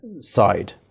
side